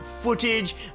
footage